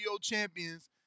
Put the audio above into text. champions